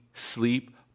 sleep